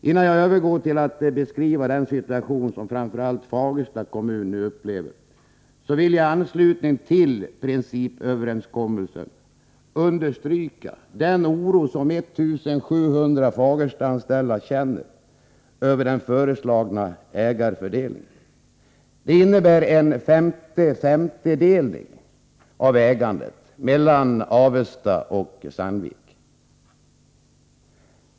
Innan jag övergår till att beskriva den situation som framför allt Fagersta kommun nu upplever, vill jag i anslutning till principöverenskommelsen understryka den oro som 1700 Fagerstaanställda känner över den föreslagna ägarfördelningen. Den innebär en 50-50-delning av ägandet mellan Avesta och Sandvik.